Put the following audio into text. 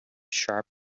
sharp